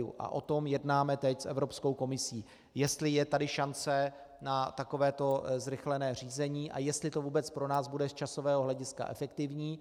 A o tom jednáme teď s Evropskou komisí, jestli je tady šance na takovéto zrychlené řízení a jestli to vůbec pro nás bude z časového hlediska efektivní.